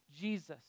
Jesus